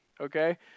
okay